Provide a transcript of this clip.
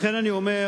לכן אני אומר,